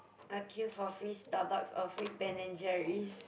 I'll queue for free stuff but for free Ben and Jerry's